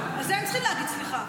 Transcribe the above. על זה הם צריכים להגיד סליחה.